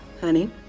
Honey